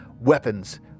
Weapons